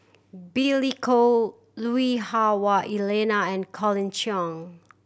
Billy Koh Lui Hah Wah Elena and Colin Cheong